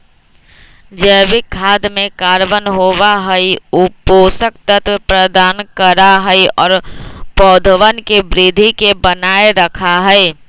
जैविक खाद में कार्बन होबा हई ऊ पोषक तत्व प्रदान करा हई और पौधवन के वृद्धि के बनाए रखा हई